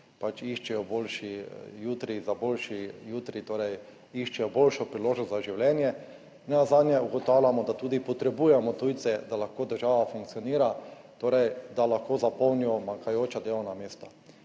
pač iščejo boljši jutri za boljši jutri, torej iščejo boljšo priložnost za življenje. Nenazadnje ugotavljamo, da tudi potrebujemo tujce, da lahko država funkcionira, torej da lahko zapolnijo manjkajoča delovna mesta.